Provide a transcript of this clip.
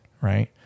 right